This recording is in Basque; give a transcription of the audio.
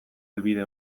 helbide